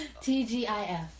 T-G-I-F